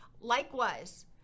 Likewise